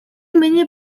миний